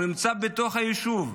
הוא נמצא בתוך היישוב.